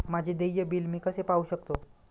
माझे देय बिल मी कसे पाहू शकतो?